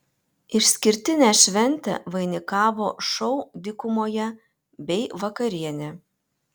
išskirtinę šventę vainikavo šou dykumoje bei vakarienė